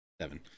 seven